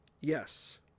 Yes